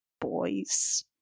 Boys